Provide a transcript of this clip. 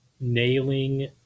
nailing